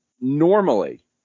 normally